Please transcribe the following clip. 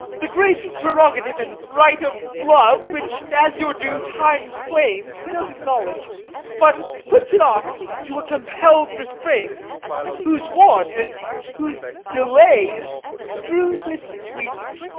the great prerogative and rite of love, which, as your due, time claims, he does acknowledge but puts it off to a compell'd restraint whose want, and whose delay, is strew'd with sweets,